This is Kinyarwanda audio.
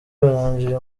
barangije